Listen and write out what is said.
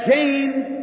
James